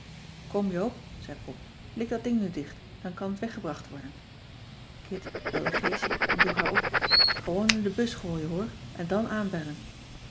kom joop zei pop lik dat ding nu dicht dan kan t weggebracht worden kit belde geesje en droeg haar op gewoon in de bus gooien hoor en dan aanbellen